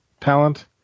talent